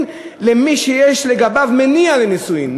ולא יאשר עריכת נישואין למי שיש לגביו מניעה לנישואין.